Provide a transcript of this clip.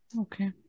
Okay